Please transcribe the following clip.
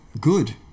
good